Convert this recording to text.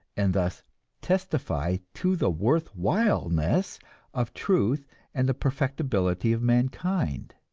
and thus testify to the worthwhileness of truth and the perfectibility of mankind.